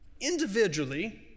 individually